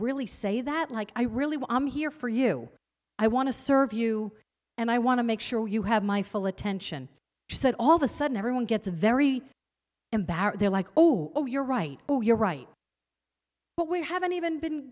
really say that like i really was here for you i want to serve you and i want to make sure you have my full attention she said all of a sudden everyone gets very embarrassed they're like oh oh you're right you're right but we haven't even been